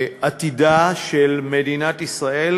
לעתידה של מדינת ישראל,